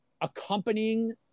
accompanying